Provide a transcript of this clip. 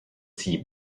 tea